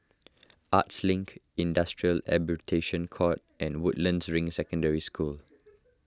Arts Link Industrial Arbitration Court and Woodlands Ring Secondary School